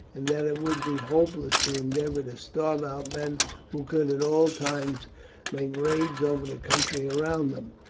and that it would be hopeless to endeavour to starve out men who could at all times make raids over the country around them.